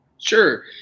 Sure